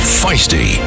Feisty